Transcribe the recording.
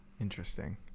interesting